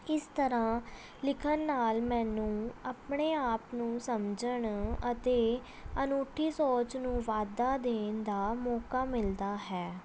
ਇਸ ਤਰ੍ਹਾਂ ਲਿਖਣ ਨਾਲ ਮੈਨੂੰ ਆਪਣੇ ਆਪ ਨੂੰ ਸਮਝਣ ਅਤੇ ਅਨੂਠੀ ਸੋਚ ਨੂੰ ਵਾਧਾ ਦੇਣ ਦਾ ਮੌਕਾ ਮਿਲਦਾ ਹੈ